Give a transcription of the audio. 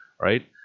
right